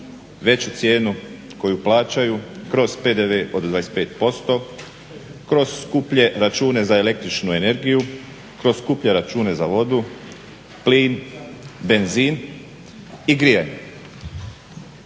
veću cijenu koju plaćaju, kroz PDV od 25%, kroz skuplje račune za električnu energiju, kroz skuplje račune za vodu, plin, benzin i grijanje.